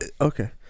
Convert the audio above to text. Okay